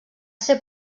ser